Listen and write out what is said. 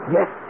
Yes